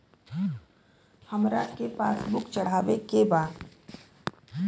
हमरा के पास बुक चढ़ावे के बा?